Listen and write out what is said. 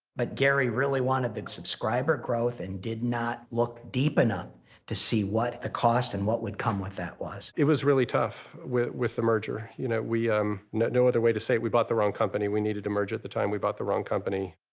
but gary really wanted the subscriber growth and did not look deep enough to see what the cost and what would come with that was. it was really tough with with the merger. you know um know, no other way to say it, we bought the wrong company. we needed to merge at the time, we bought the wrong company.